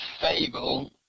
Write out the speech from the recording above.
Fable